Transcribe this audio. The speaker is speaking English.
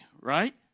right